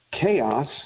chaos